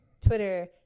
Twitter